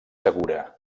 segura